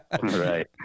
right